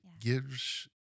gives